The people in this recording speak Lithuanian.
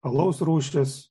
alaus rūšis